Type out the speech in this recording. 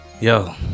yo